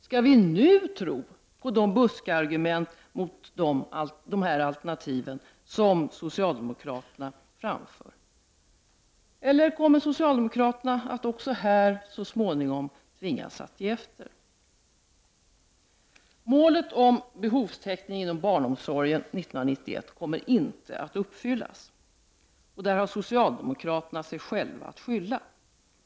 Skall vi tro på de buskargument mot dessa alternativ som socialdemokraterna nu framför? Eller kommer socialdemokraterna så småningom att också här tvingas att ge efter? Målet full behovstäckning inom barnomsorgen år 1991 kommer inte att uppfyllas. Socialdemokraterna har där sig själva att skylla.